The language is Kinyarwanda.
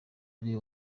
ari